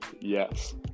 Yes